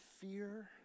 fear